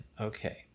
okay